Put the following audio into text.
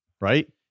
right